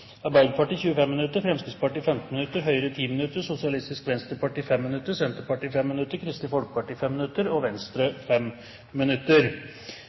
Arbeiderpartiet 25 minutter, Fremskrittspartiet 15 minutter, Høyre 10 minutter, Sosialistisk Venstreparti 5 minutter, Senterpartiet 5 minutter, Kristelig Folkeparti 5 minutter og Venstre 5 minutter.